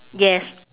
yes